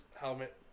helmet